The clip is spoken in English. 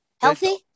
healthy